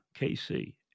KC